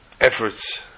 efforts